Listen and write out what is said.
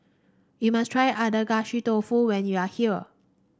you must try Agedashi Dofu when you are here